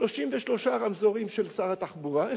33 רמזורים של שר התחבורה,